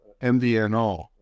MDNO